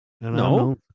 No